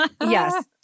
yes